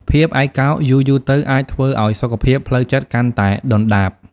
ភាពឯកោយូរៗទៅអាចធ្វើឲ្យសុខភាពផ្លូវចិត្តកាន់តែដុនដាប។